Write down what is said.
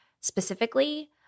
specifically